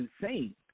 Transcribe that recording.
insane